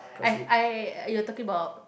I I you're talking about